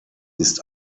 ist